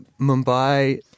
Mumbai